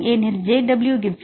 ஏனெனில் முதலில் J W கிப்ஸால் J